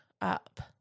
up